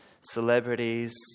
celebrities